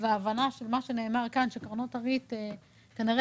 וההבנה של מה שנאמר כאן שקרנות הריט כנראה